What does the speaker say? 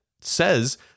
says